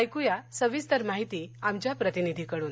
ऐक्या सविस्तर माहिती आमच्या प्रतिनिधीकडून